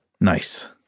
nice